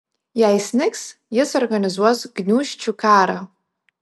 jei snigs jis organizuos gniūžčių karą